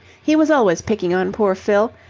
he was always picking on poor fill.